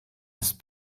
ist